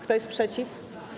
Kto jest przeciw?